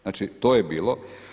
Znači, to je bilo.